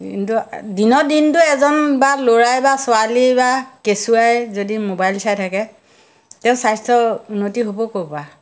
কিন্তু দিনৰ দিনটো এজন বা ল'ৰাই বা ছোৱালী বা কেঁচুৱাই যদি মোবাইল চাই থাকে তেওঁৰ স্বাস্থ্যৰ উন্নতি হ'ব ক'ৰ পৰা